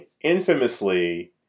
infamously